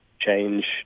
change